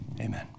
Amen